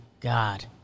God